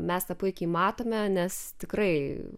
mes tą puikiai matome nes tikrai